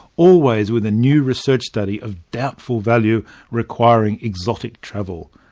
always with a new research study of doubtful value requiring exotic travel.